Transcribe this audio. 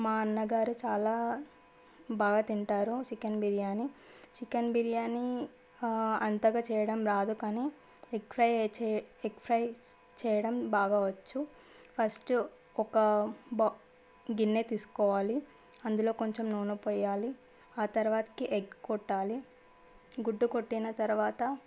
మా అన్నగారు చాలా బాగా తింటారు చికెన్ బిర్యానీ చికెన్ బిర్యాని అంతగా చేయడం రాదు కానీ ఎగ్ ఫ్రై ఎగ్ ఫ్రై చేయడం బాగా వచ్చు ఫస్ట్ ఒక బౌల్ గిన్నె తీసుకోవాలి అందులో కొంచెం నూనె పోయాలి ఆ తరువాతకి ఎగ్ కొట్టాలి గుడ్డు కొట్టిన తరువాత